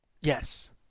Yes